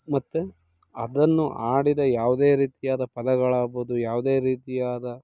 ಮತ್ತು ಅದನ್ನು ಆಡಿದ ಯಾವುದೇ ರೀತಿಯಾದ ಪದಗಳಾಗ್ಬೋದು ಯಾವುದೇ ರೀತಿಯಾದ